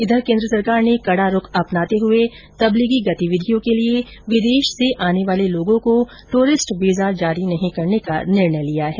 इधर केन्द्र सरकार ने कड़ा रूख अपनाते हुए तबलीगी गतिविधियों के लिए विदेश से आने वाले लोगों को टूरिस्ट वीजा जारी नहीं करने का निर्णय लिया है